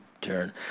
turn